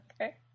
Okay